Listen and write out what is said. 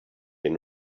been